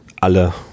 alle